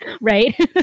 Right